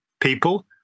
people